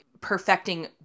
perfecting